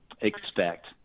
expect